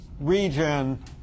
region